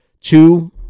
two